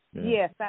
Yes